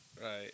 right